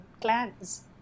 clans